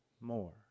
more